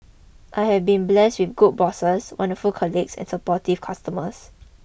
I have been blessed with good bosses wonderful colleagues and supportive customers